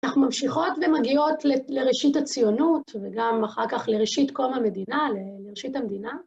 אנחנו ממשיכות ומגיעות לראשית הציונות וגם אחר כך לראשית קום המדינה, לראשית המדינה.